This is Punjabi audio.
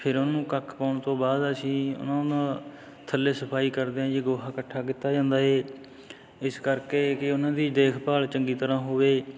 ਫਿਰ ਉਹਨੂੰ ਕੱਖ ਪਾਉਣ ਤੋਂ ਬਾਅਦ ਅਸੀਂ ਉਹਨਾਂ ਦਾ ਥੱਲੇ ਸਫਾਈ ਕਰਦੇ ਹਾਂ ਜੀ ਗੋਹਾ ਇਕੱਠਾ ਕੀਤਾ ਜਾਂਦਾ ਹੈ ਇਸ ਕਰਕੇ ਕਿ ਉਹਨਾਂ ਦੀ ਦੇਖਭਾਲ ਚੰਗੀ ਤਰ੍ਹਾਂ ਹੋਵੇ